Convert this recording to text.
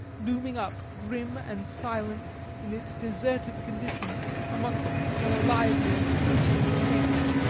looming up grim and silent in its deserted condition amongst its more lively and spruce-looking neighbours.